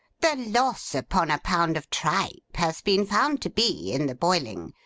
the loss upon a pound of tripe has been found to be, in the boiling,